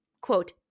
quote